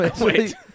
Wait